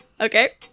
Okay